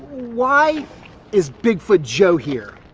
why is bigfoot joe here?